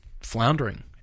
floundering